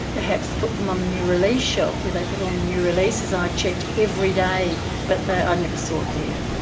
perhaps, put them on the new release shelf where they put on the new releases. i checked every day but i never saw it there.